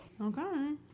Okay